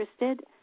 interested